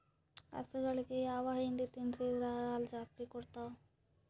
ಹಸುಗಳಿಗೆ ಯಾವ ಹಿಂಡಿ ತಿನ್ಸಿದರ ಹಾಲು ಜಾಸ್ತಿ ಕೊಡತಾವಾ?